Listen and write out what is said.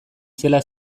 zela